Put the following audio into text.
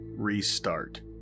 Restart